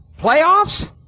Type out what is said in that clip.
playoffs